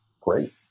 great